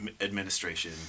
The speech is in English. administration